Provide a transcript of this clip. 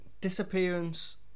Disappearance